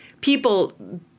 people